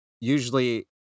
usually